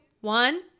one